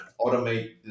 automate